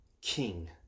king